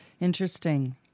Interesting